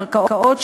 קרקעות,